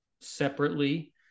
separately